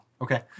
Okay